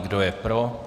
Kdo je pro?